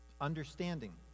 Understanding